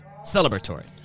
Celebratory